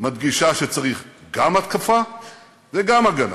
מדגישה שצריך גם התקפה וגם הגנה,